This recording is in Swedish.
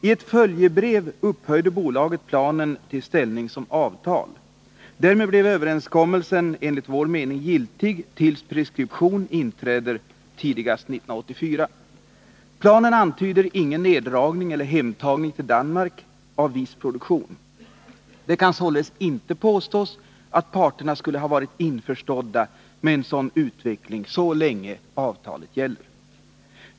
I ett följebrev upphöjde bolaget planen till att få ställning som avtal. Därmed blev överenskommelsen enligt vår mening giltig tills preskription inträder, tidigast 1984. I planen antyds ingen neddragning eller hemtagning till Danmark av viss produktion. Det kan således inte påstås att parterna skulle ha varit införstådda med en sådan utveckling, så länge avtalet gäller.